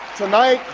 tonight,